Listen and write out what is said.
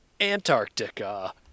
Antarctica